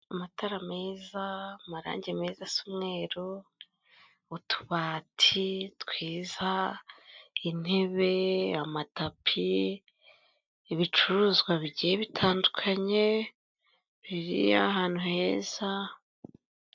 Amatara meza, amarangi meza, asa umweru, utubati twiza, intebe, amatapi, ibicuruzwa bitandukanye biri ahantu heza.